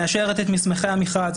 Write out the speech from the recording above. מאשרת את מסמכי המכרז,